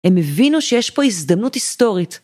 ‫הם הבינו שיש פה הזדמנות היסטורית.